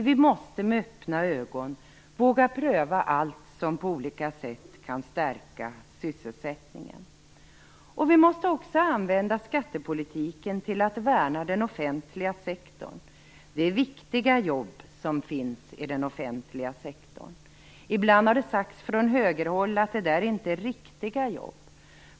Vi måste med öppna ögon våga pröva allt som på olika sätt kan stärka sysselsättningen. Vi måste också använda skattepolitiken till att värna den offentliga sektorn. Det är viktiga jobb som finns i den offentliga sektorn. Ibland har det sagts från högerhåll att det inte är riktiga jobb.